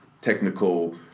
technical